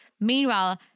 Meanwhile